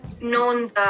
known